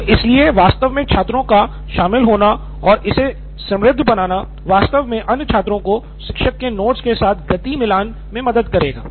तो इसलिए वास्तव में छात्रों का शामिल होना और इसे समृद्ध बनाना वास्तव में अन्य छात्रों को शिक्षक के नोट्स के साथ गति मिलाने में मदद करेगा